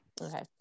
Okay